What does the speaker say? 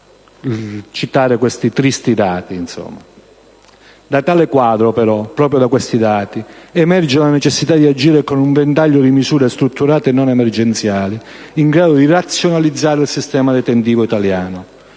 Da tale quadro emerge però la necessità di agire con un ventaglio di misure, strutturate e non emergenziali, in grado di razionalizzare il sistema detentivo italiano.